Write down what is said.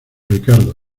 ricardo